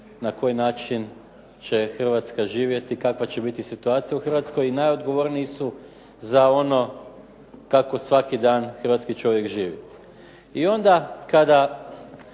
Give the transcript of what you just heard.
na koji način će Hrvatska živjeti i kakva će biti situacija u Hrvatskoj i najodgovorniji su za ono kako svaki dan hrvatski čovjek živi. I onda kada